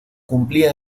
cumplía